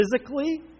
physically